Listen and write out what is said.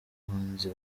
ubuhanzi